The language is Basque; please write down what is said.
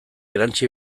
erantsi